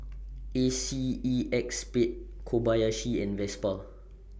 A C E X Spade Kobayashi and Vespa